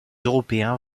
européens